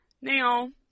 Now